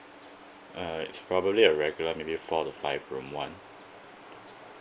uh right it's probably a regular maybe four to five room one